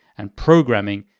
and programming,